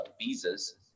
visas